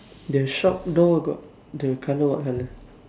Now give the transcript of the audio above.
the shop door got the colour what colour